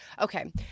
Okay